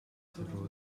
several